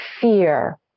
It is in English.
fear